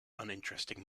uninteresting